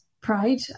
pride